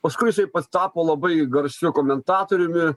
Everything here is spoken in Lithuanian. paskui jisai pats tapo labai garsiu komentatoriumi